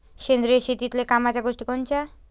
सेंद्रिय शेतीतले कामाच्या गोष्टी कोनच्या?